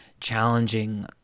challenging